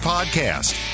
Podcast